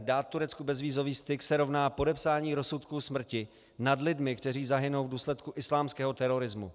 Dát Turecku bezvízový styk se rovná podepsání rozsudku smrti nad lidmi, kteří zahynou v důsledku islámského terorismu.